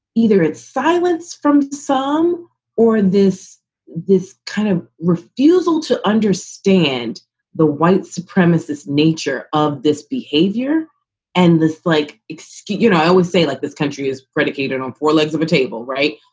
either it's silence from some or this this kind of refusal to understand the white supremacist nature of this behavior and this like excuse. you know, i always say, like, this country is predicated on four legs of a table. right?